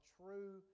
true